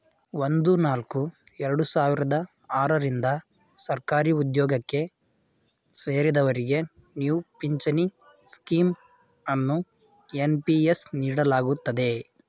ಒಂದು ನಾಲ್ಕು ಎರಡು ಸಾವಿರದ ಆರ ರಿಂದ ಸರ್ಕಾರಿಉದ್ಯೋಗಕ್ಕೆ ಸೇರಿದವರಿಗೆ ನ್ಯೂ ಪಿಂಚನ್ ಸ್ಕೀಂ ಅನ್ನು ಎನ್.ಪಿ.ಎಸ್ ನೀಡಲಾಗುತ್ತದೆ